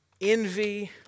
Envy